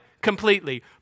completely